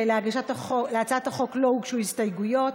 להצעת החוק לא הוגשו הסתייגויות,